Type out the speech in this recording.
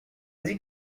dit